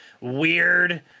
weird